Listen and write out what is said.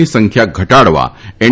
ની સંખ્યા ઘટાડવા એન